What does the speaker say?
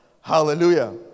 hallelujah